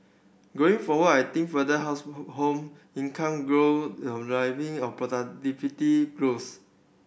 going forward I think further house home income grow will arriving productivity growth